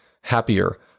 happier